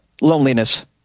loneliness